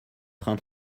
train